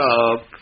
up